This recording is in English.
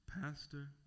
pastor